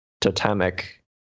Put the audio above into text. totemic